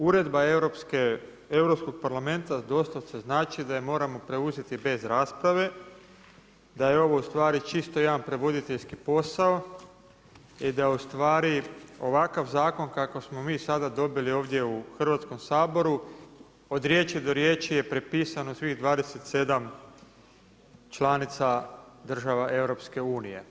Uredba Europskog parlamenta doslovce znači da je moramo preuzeti bez rasprave, da je ovo u stvari čisto jedan prevoditeljski posao i da u stvari ovakav zakon kakav smo mi dobili ovdje u Hrvatskom saboru od riječi do riječi je prepisan od svih 27 članica država EU.